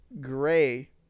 gray